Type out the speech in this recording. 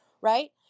right